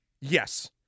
Yes